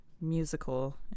musical